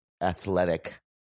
athletic